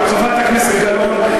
חברת הכנסת גלאון,